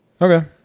Okay